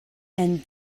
and